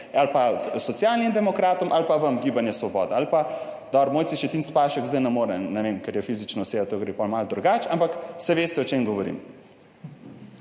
ali pa Socialnim demokratom ali pa vam, Gibanje Svoboda ali pa, dobro, Mojci Šetinc Pašek zdaj ne more, ne vem, ker je fizična oseba, to gre pa malo drugače, ampak saj veste o čem govorim.